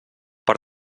per